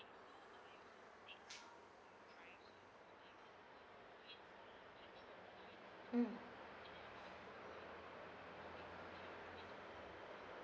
mm